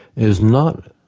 is not